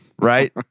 right